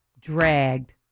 dragged